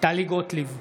טלי גוטליב,